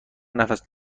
نفس